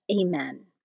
Amen